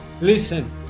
Listen